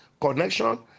connection